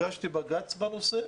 הגשתי בג"צ בנושא.